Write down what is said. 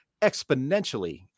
exponentially